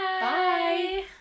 bye